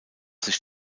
sich